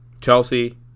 Chelsea